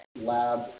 lab